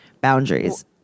Boundaries